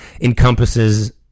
encompasses